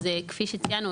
כפי שציינו,